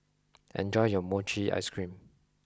enjoy your mochi ice cream